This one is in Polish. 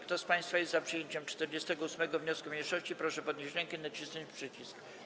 Kto z państwa jest za przyjęciem 28. wniosku mniejszości, proszę podnieść rękę i nacisnąć przycisk.